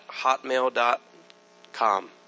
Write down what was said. Hotmail.com